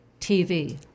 TV